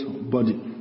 body